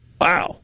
Wow